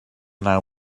naw